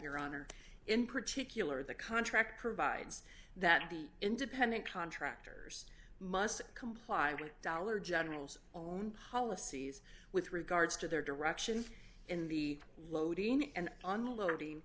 your honor in particular the contract provides that the independent contractors must comply with dollar general's own policies with regards to their direction in the loading and unloading